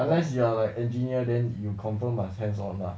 unless you are like engineer then you confirm must hands on lah